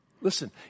Listen